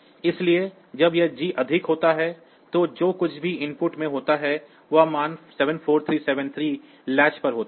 इसलिए जब यह G अधिक होता है तो जो कुछ भी इनपुट में होता है वह मान 74373 लैच पर होता है